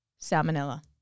salmonella